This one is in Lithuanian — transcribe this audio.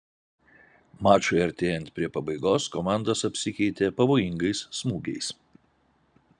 mačui artėjant prie pabaigos komandos apsikeitė pavojingais smūgiais